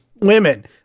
women